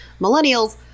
millennials